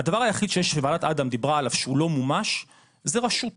הדבר היחיד שיש בוועדת אדם דיברה עליו שהוא אל מומש זה רשות,